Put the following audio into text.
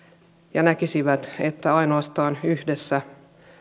ja näkisivät että ainoastaan yhdessä